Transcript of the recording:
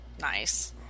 nice